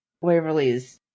Waverly's